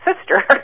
sister